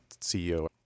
CEO